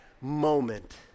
moment